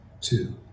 two